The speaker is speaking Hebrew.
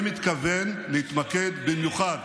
אני מתכוון להתמקד במיוחד